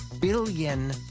billion